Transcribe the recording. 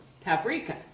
paprika